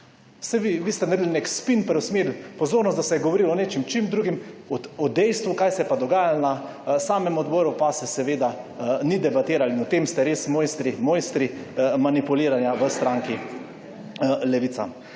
vi, vi ste naredil nek spin, preusmeril pozornost, da se je govorilo o nečem čim drugem, o dejstvu, kaj se je pa dogajalo na samem odboru, pa se seveda ni debatiral in v tem ste res mojstri, mojstri manipuliranja v stranki Levica.